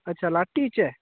अच्छा लाट्टी च ऐ